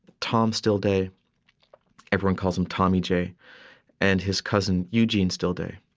tom stillday everyone calls him tommy j and his cousin, eugene stillday.